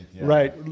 Right